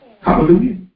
Hallelujah